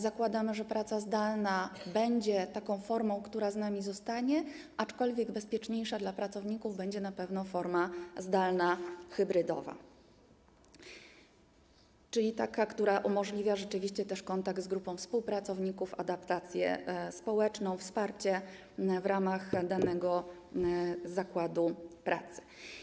Zakładamy, że praca zdalna będzie formą, która z nami zostanie, aczkolwiek bezpieczniejsza dla pracowników będzie na pewno forma hybrydowa, czyli taka, która umożliwia kontakt z grupą współpracowników, adaptację społeczną, wsparcie w ramach danego zakładu pracy.